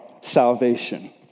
salvation